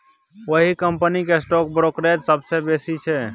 ओहि कंपनीक stock brokerage सबसँ बेसी छै